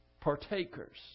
partakers